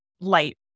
light